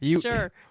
sure